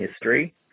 history